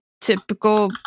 Typical